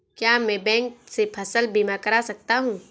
क्या मैं बैंक से फसल बीमा करा सकता हूँ?